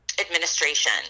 administration